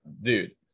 dude